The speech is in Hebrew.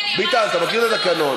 ביטן, אתה מכיר את התקנון.